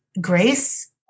grace